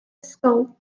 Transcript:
ysgol